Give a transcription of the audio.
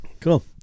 Cool